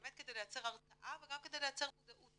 באמת כדי לייצר הרתעה וגם כדי לייצר מודעות.